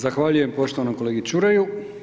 Zahvaljujem poštovanom kolegi Čuraju.